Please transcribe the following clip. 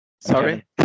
Sorry